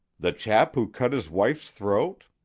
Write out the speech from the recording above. the chap who cut his wife's throat?